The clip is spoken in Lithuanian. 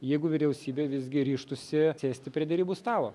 jeigu vyriausybė visgi ryžtųsi sėsti prie derybų stalo